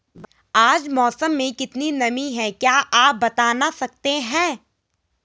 आज मौसम में कितनी नमी है क्या आप बताना सकते हैं?